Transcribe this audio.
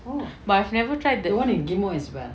but I've never tried the